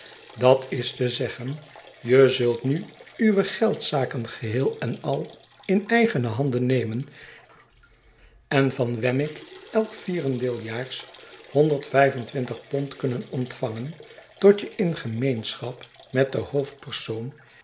dat is te zeggen je zult nu uwe geldzaken geheel en al in eigene handen nemen en van wemmick elk vierendeeljaars honderd vijf en twintig pond kunnen ontvangen tot je in gemeenschap met den hoofdpersoon